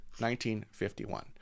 1951